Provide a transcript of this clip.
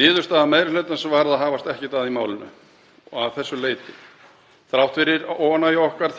Niðurstaða meiri hlutans var að hafast ekkert að í málinu að þessu leyti. Þrátt fyrir óánægju okkar